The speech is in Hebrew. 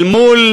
אל מול